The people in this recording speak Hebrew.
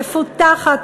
מפותחת,